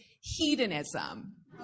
hedonism